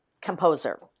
composer